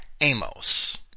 Amos